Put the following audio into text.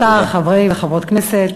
כבוד השר, חברי וחברות הכנסת,